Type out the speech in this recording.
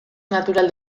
natural